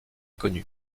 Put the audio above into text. connue